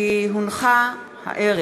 כי הונחה הערב